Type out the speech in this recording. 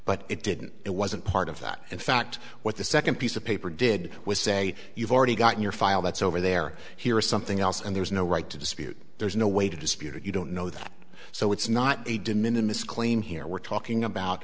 but it didn't it wasn't part of that in fact what the second piece of paper did was say you've already got your file that's over there here's something else and there's no right to dispute there's no way to dispute it you don't know that so it's not a diminished claim here we're talking about